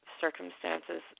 circumstances